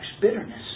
bitterness